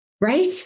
Right